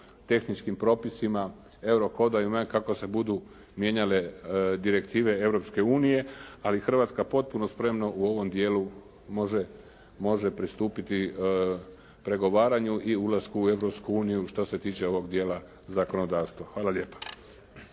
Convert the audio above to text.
se ne razumije./ … kako se budu mijenjale direktive Europske unije ali Hrvatska potpuno spremno u ovom dijelu može pristupiti pregovaranju i ulasku u Europsku uniju što se tiče ovog dijela zakonodavstva. Hvala lijepa.